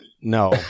No